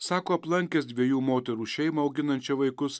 sako aplankęs dviejų moterų šeimą auginančią vaikus